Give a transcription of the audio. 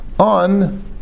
On